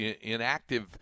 inactive